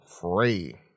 free